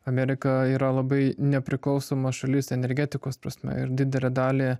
amerika yra labai nepriklausoma šalis energetikos prasme ir didelę dalį